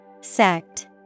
Sect